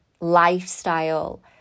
lifestyle